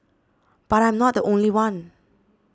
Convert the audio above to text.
but I'm not the only one